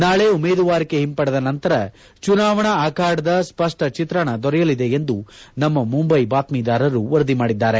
ನಾಳೆ ಉಮೇದುವಾರಿಕೆ ಹಿಂಪಡೆದ ನಂತರ ಚುನಾವಣಾ ಅಖಾಡದ ಸ್ವಷ್ಷ ಚಿತ್ರಣ ದೊರೆಯಲಿದೆ ಎಂದು ನಮ್ಮ ಮುಂಬೈ ಬಾತ್ತೀದಾರರು ವರದಿ ಮಾಡಿದ್ದಾರೆ